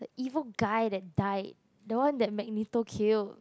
evil guy that died the one that Magneto killed